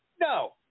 no